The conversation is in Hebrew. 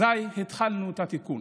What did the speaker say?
אזיי התחלנו את התיקון.